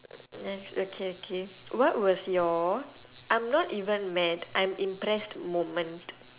yes okay okay what was your I'm not even mad I'm impressed moment